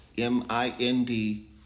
M-I-N-D